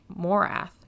morath